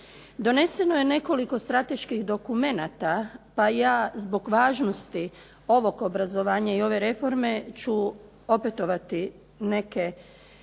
Doneseno je nekoliko strateških dokumenata pa ja zbog važnosti ovog obrazovanja i ove reforme ću opetovati neke